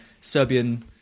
Serbian